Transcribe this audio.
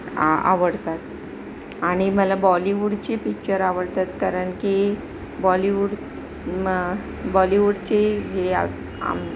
आ आवडतात आणि मला बॉलिवूडचे पिचर आवडतात कारण की बॉलिवूड म बॉलिवूडचे जे आम